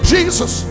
Jesus